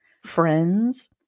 Friends